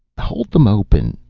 hold them open,